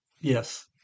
Yes